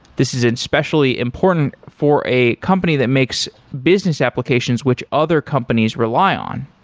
this is especially important for a company that makes business applications which other companies rely on.